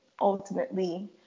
ultimately